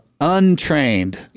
untrained